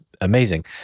Amazing